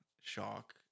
shock